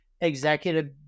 executive